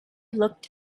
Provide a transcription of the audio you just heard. looked